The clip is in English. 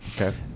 Okay